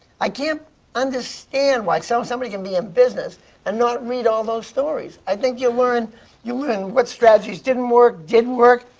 i can't understand why so somebody can be in business and not read all those those stories. i think you'll learn you'll learn what strategies didn't work, did work,